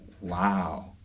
wow